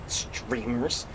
streamers